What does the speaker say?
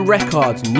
Records